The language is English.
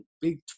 big